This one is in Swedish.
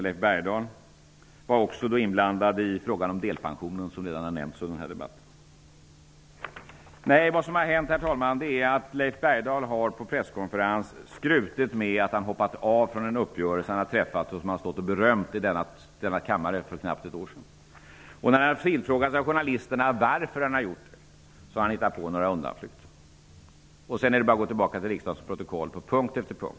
Leif Bergdahl var också inblandad i frågan om delpensionen, som redan har nämnts i denna debatt. Vad som har hänt är att Leif Bergdahl på en presskonferens har skrutit med att han har hoppat av från en uppgörelse som han har träffat och som han för knappt ett år sedan berömde i denna kammare. När journalisterna frågade varför han har hoppat av hittade han på några undanflykter. Man kan bara gå tillbaka till riksdagsprotokollet och kontrollera punkt efter punkt.